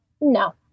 no